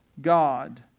God